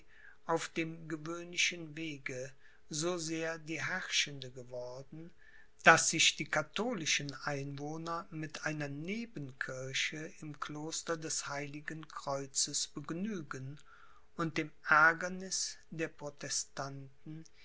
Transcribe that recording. auf dem gewöhnlichen wege so sehr die herrschende geworden daß sich die katholischen einwohner mit einer nebenkirche im kloster des heiligen kreuzes begnügen und dem aergerniß der protestanten